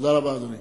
תודה רבה, אדוני.